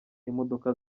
imodoka